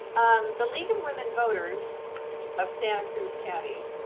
the league of women voters of santa cruz county